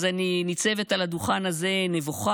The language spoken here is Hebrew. אז אני ניצבת על הדוכן הזה נבוכה